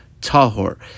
Tahor